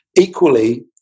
Equally